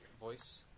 voice